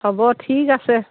হ'ব ঠিক আছে